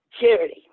charity